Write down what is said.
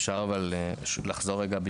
אפשר לחזור רגע,